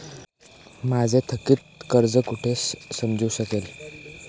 माझे थकीत कर्ज कुठे समजू शकेल?